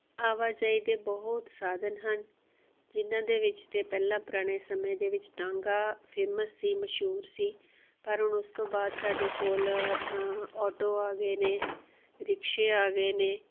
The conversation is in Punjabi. ਆਵਾਜਾਈ ਦੇ ਬਹੁਤ ਸਾਧਨ ਹਨ ਜਿਹਨਾਂ ਦੇ ਵਿੱਚ ਤਾਂ ਪਹਿਲਾਂ ਪੁਰਾਣੇ ਸਮੇਂ ਦੇ ਵਿੱਚ ਤਾਂਗਾ ਫੇਮਸ ਸੀ ਮਸ਼ਹੂਰ ਸੀ ਪਰ ਹੁਣ ਉਸ ਤੋਂ ਬਾਅਦ ਸਾਡੇ ਕੋਲ ਆਟੋ ਆ ਗਏ ਨੇ ਰਿਕਸ਼ੇ ਆ ਗਏ ਨੇ